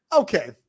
Okay